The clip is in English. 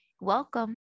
Welcome